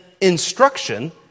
instruction